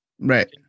right